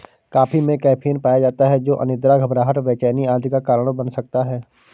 coffee में caffeine पाया जाता है जो अनिद्रा, घबराहट, बेचैनी आदि का कारण बन सकता है